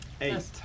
Eight